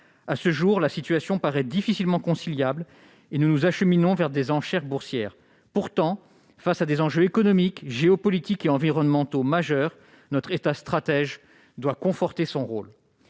À ce jour, la situation paraît difficilement conciliable, et nous nous acheminons vers des enchères boursières. Pourtant, face à des enjeux économiques, géopolitiques et environnementaux majeurs, notre État stratège doit conforter son rôle.